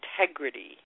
integrity